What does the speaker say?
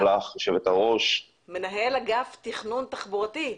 מנהל אגף תכנון תחבורתי.